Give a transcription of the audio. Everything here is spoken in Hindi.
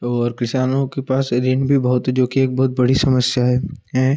और किसानों के पास ऋण भी बहुत है जो कि एक बहुत बड़ी समस्या हैं